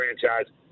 franchise